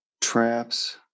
traps